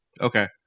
Okay